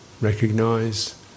recognize